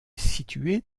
située